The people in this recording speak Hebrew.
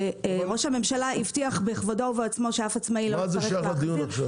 ראש הממשלה הבטיח בכבודו ובעצמו- -- מה זה שייך לדיון היום?